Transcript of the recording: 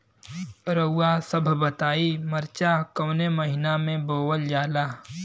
रउआ सभ बताई मरचा कवने महीना में बोवल जाला?